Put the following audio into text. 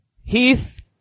Heath